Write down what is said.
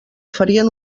farien